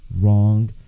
wrong